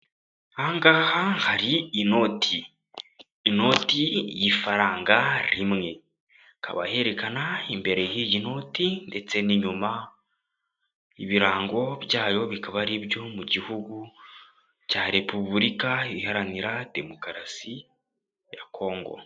Aha ngaha hari inoti, inoti y'ifaranga rimwe, ikaba yerekana imbere y'iyi noti ndetse n'inyuma, ibirango byayo bikaba ari ibyo mu gihugu cya repubulika iharanira demokarasi ya Kongo.